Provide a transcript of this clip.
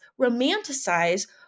romanticize